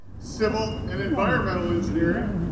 civil and environmental engineering,